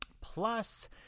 Plus